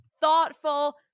thoughtful